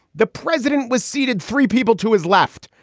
the president was seated, three people to his left.